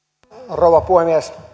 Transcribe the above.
rouva puhemies